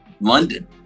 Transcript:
london